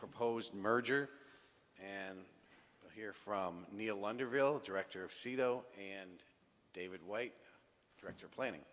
proposed merger and hear from director of c though and david white director planning